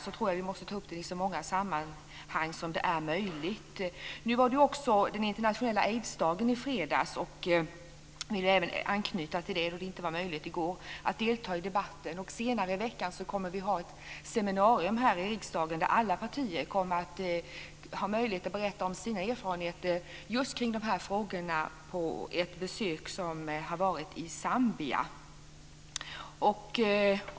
Vi måste ta upp den i så många sammanhang som det är möjligt. Fru talman! I fredags var det den internationella aidsdagen. Jag vill anknyta till den, och senare i veckan kommer vi att ha ett seminarium här i riksdagen där alla partier kommer att ha möjlighet att berätta om sina erfarenheter i dessa frågor efter ett besök i Zambia.